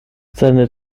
seine